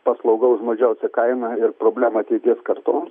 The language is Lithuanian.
paslauga už mažiausią kainą ir problema ateities kartoms